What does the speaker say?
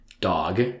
dog